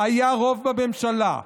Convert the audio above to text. היה רוב בממשלה.